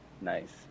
Nice